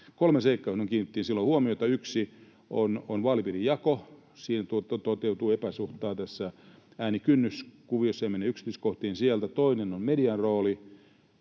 Kolme seikkaa, joihin kiinnitettiin silloin huomiota: Yksi on vaalipiirijako. Siinä toteutuu epäsuhtaa tässä äänikynnyskuviossa, en mene yksityiskohtiin siinä. Toinen on median rooli.